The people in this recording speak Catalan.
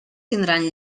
tindran